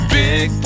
big